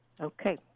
Okay